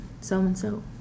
so-and-so